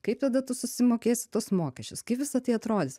kaip tada tu susimokėsi tuos mokesčius kaip visa tai atrodys